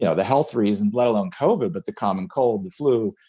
yeah the health reasons let alone covid, but the common cold, the flu.